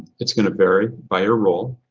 it's gonna vary by your role,